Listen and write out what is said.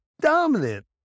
dominant